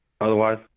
otherwise